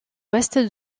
ouest